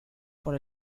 por